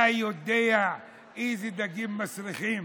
אתה יודע איזה דגים מסריחים